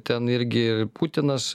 ten irgi putinas